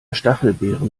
stachelbeeren